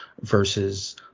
versus